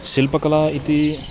शिल्पकला इति